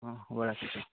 অঁ হ'ব ৰাখিছোঁ